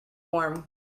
warm